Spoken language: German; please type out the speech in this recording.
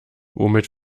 womit